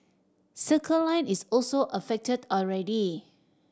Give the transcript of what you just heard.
Circle Line is also affected already